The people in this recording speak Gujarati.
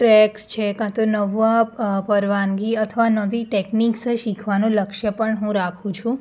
ફેક્સ છે કાં તો નવા પરવાનગી અથવા નવી ટેકનીક્સ શીખવાનું લક્ષ્ય પણ હું રાખું છું